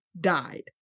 died